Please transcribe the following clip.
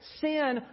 Sin